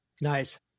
Nice